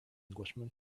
englishman